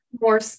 more